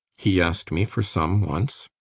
he asked me for some once.